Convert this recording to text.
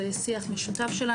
זה שיח משותף שלנו,